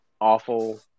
awful